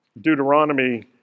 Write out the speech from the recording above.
Deuteronomy